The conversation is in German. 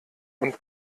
und